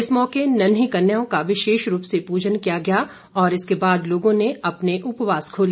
इस मौके नन्हीं कन्याओं का विशेष रूप से पूजन किया गया और इस के बाद लोगों ने अपने उपवास खोले